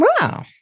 Wow